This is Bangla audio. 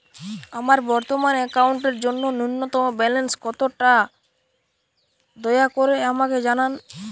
আমার বর্তমান অ্যাকাউন্টের জন্য ন্যূনতম ব্যালেন্স কত তা দয়া করে আমাকে জানান